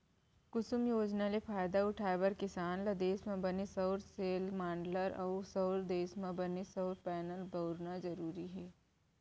कुसुम योजना ले फायदा उठाए बर किसान ल देस म बने सउर सेल, माँडलर अउ देस म बने सउर पैनल बउरना जरूरी हे